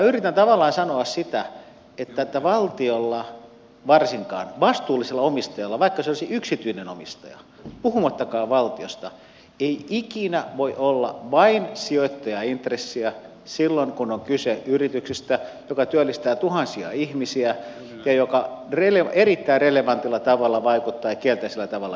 minä yritän tavallaan sanoa sitä että valtiolla varsinkaan vastuullisella omistajalla vaikka se olisi yksityinen omistaja puhumattakaan valtiosta ei ikinä voi olla vain sijoittajaintressiä silloin kun on kyse yrityksestä joka työllistää tuhansia ihmisiä ja joka erittäin relevantilla tavalla ja kielteisellä tavalla vaikuttaa ympäristöön